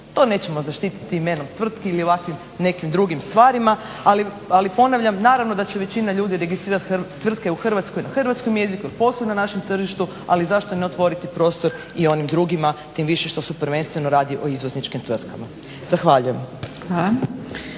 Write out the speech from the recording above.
To nećemo zaštiti imenom tvrtki ili ovakvim nekim drugim stvarima. Ali ponavljam naravno da će većina ljudi registrirati tvrtke u Hrvatskoj na hrvatskom jeziku jer posluju na našem tržištu. Ali zašto ne otvoriti prostor i onim drugima tim više što se prvenstveno radi o izvozničkim tvrtkama. Zahvaljujem.